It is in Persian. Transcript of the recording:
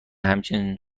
همچین